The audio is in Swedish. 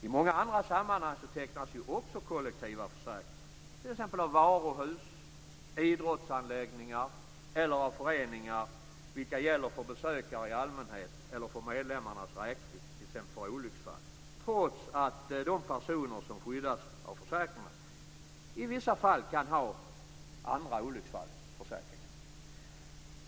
I många andra sammanhang tecknas ju också kollektiva försäkringar, t.ex. av varuhus, idrottsanläggningar eller föreningar. Dessa försäkringar gäller för besökare i allmänhet eller för medlemmarnas räkning, t.ex. för olycksfall, trots att de personer som skyddas av försäkringarna i vissa fall kan ha andra olycksfallsförsäkringar.